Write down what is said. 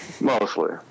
mostly